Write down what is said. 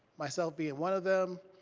myself being one of them,